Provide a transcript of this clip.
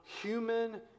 human